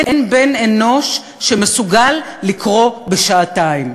אין בן-אנוש שמסוגל לקרוא בשעתיים.